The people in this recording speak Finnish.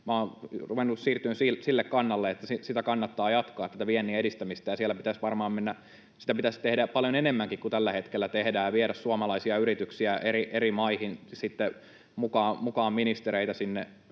olen ruvennut siirtymään sille kannalle, että kannattaa jatkaa tätä viennin edistämistä ja sitä pitäisi tehdä paljon enemmänkin kuin tällä hetkellä tehdään ja viedä suomalaisia yrityksiä eri maihin, ja sitten mukaan ministereitä näille